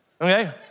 Okay